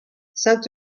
saint